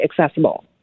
accessible